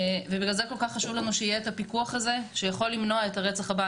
ובגלל זה כל כך חשוב לנו שיהיה את הפיקוח הזה שיכול למנוע את הרצח הבא.